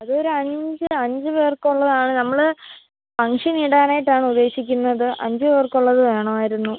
അതൊരഞ്ച് അഞ്ച് പേർക്കുള്ളതാണ് നമ്മൾ ഫംഗ്ഷൻ ഇടാനായിട്ടാണുദ്ദേശിക്കുന്നത് അഞ്ച് പേർക്കുള്ളത് വേണമായിരുന്നു